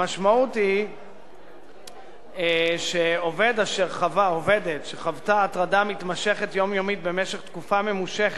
המשמעות היא שעובדת שחוותה הטרדה מתמשכת יומיומית במשך תקופה ממושכת,